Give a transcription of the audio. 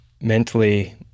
mentally